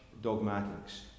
Dogmatics